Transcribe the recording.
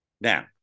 Now